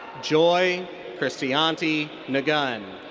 joy kristanti ngun.